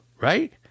right